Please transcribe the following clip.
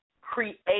create